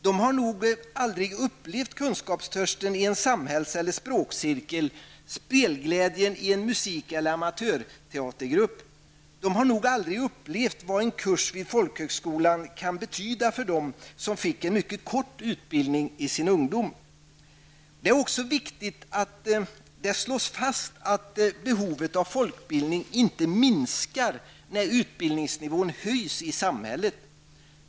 De har nog aldrig upplevt kunskapstörsten i en samhälls eller språkcirkel eller spelglädjen i en musik eller amatörteatergrupp. De har nog aldrig upplevt vad en kurs vid folkhögskolan kan betyda för dem som fick en mycket kort utbildning i sin ungdom. Det är också viktigt att det slås fast att behovet av folkbildning inte minskar när utbildningsnivån höjs i samhället.